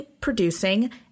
producing